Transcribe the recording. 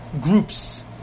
groups